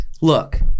Look